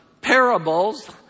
parables